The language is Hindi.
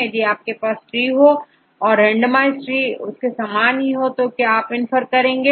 यदि आपके पास tree हो और रेंडमाइज ट्री उसके समान ही हो तो आप क्या इन्फेर करेंगे